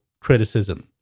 Criticism